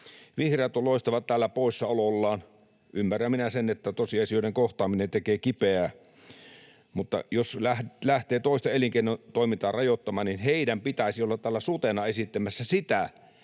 Vihreät loistavat täällä poissaolollaan. Ymmärrän minä sen, että tosiasioiden kohtaaminen tekee kipeää, mutta jos lähtee toisten elinkeinotoimintaa rajoittamaan, niin heidän pitäisi olla täällä sutena esittämässä,